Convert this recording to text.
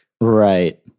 Right